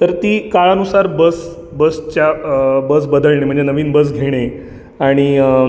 तर ती काळानुसार बस बसच्या बस बदलणे म्हणजे नवीन बस घेणे आणि